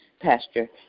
pasture